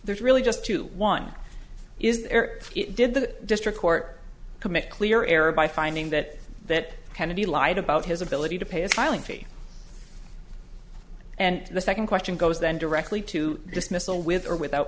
there's really just two one is it did the district court committee clear error by finding that that kennedy lied about his ability to pay a filing fee and the second question goes then directly to dismissal with or without